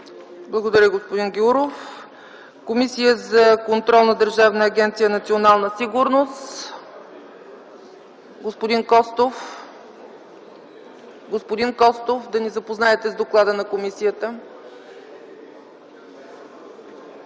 Благодаря, господин Гяуров. Комисия за контрол на Държавна агенция „Национална сигурност”. Господин Костов, да ни запознаете с доклада на комисията.